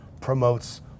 promotes